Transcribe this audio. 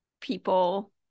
people